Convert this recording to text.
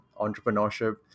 entrepreneurship